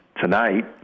tonight